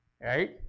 right